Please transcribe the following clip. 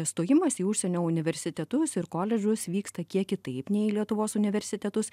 stojimas į užsienio universitetus ir koledžus vyksta kiek kitaip nei lietuvos universitetus